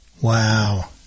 Wow